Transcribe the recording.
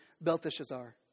Belteshazzar